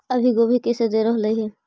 अभी गोभी कैसे दे रहलई हे?